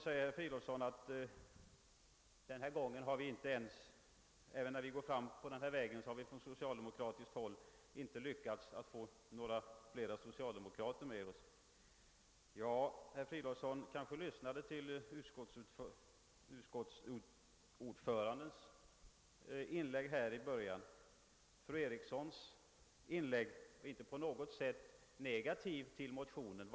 Herr Fridolfsson säger att vi från socialdemokratiskt håll inte lyckats intressera några fler av våra partivänner, fastän vi går fram på den här vägen. Herr Fridolfsson kanske lyssnade till utskottsordförandens inlägg i början av debatten. Fru Erikson i Stockholm ställde sig inte negativ till motionen.